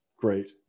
great